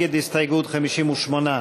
50, נגד ההסתייגות, 58,